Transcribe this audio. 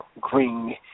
green